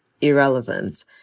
irrelevant